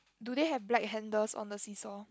do they have black handles on the seesaw